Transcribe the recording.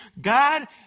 God